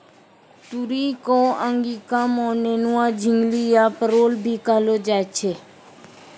तुरई कॅ अंगिका मॅ नेनुआ, झिंगली या परोल भी कहलो जाय छै